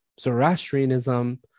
Zoroastrianism